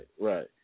right